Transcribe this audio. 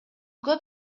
көп